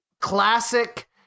classic